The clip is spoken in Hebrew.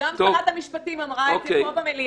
שגם שרת המשפטים אמרה את זה פה במליאה,